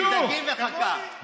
תן להם דגים וחכה.